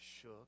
shook